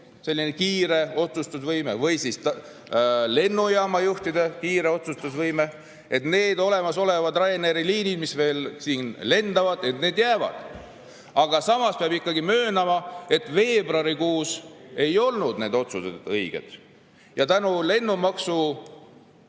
selline kiire otsustusvõime või lennujaama juhtide kiire otsustusvõime, et need olemasolevad Ryanairi liinid, mis veel siin lendavad, et need jäävad. Aga samas peab ikkagi möönma, et veebruarikuus ei olnud need otsused õiged, ja lennumaksu